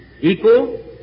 equal